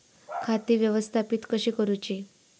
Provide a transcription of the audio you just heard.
खाती व्यवस्थापित कशी करूची?